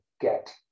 get